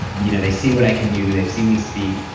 you know they see what i can do. they've seen me speak.